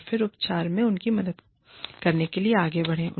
और फिर उपचार में उनकी मदद करने के लिए आगे बढ़ें